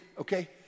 Okay